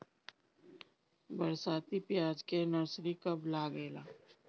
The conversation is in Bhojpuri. बरसाती प्याज के नर्सरी कब लागेला?